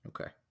Okay